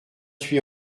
huit